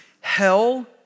hell